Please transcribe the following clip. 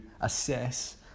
assess